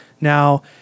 Now